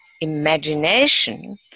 imagination